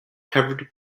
covered